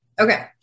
okay